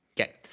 Okay